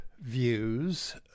views